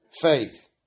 faith